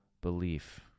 belief